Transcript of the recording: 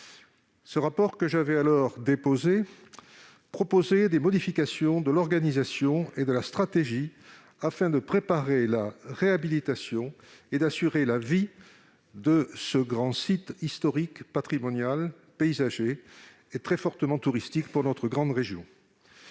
le devenir du canal du Midi, qui proposait des modifications de l'organisation et de la stratégie afin de préparer la réhabilitation et d'assurer la vie de ce grand site historique, patrimonial, paysager et très fortement touristique pour notre grande région.